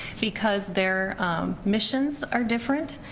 because their missions are different.